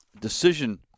decision